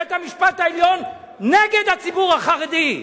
בית-המשפט העליון נגד הציבור החרדי,